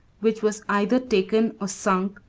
which was either taken or sunk,